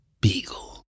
Beagle